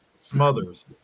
Smothers